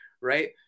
right